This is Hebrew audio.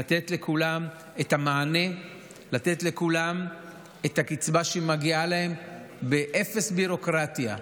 לתת לכולם את הקצבה שמגיעה להם באפס ביורוקרטיה.